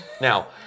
Now